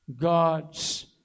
God's